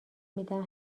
میدم